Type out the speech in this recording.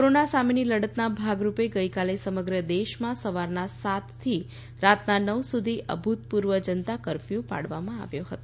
corona સામેની લડતના ભાગરૂપે ગઈકાલે સમગ્ર દેશમાં સવારના સાતથી રાતના નવ સુધી અભૂતપૂર્વ જનતા કર્ફ્યુ પાડવામાં આવ્યો હતો